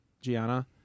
Gianna